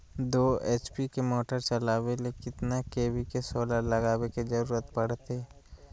दो एच.पी के मोटर चलावे ले कितना के.वी के सोलर लगावे के जरूरत पड़ते?